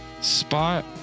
Spot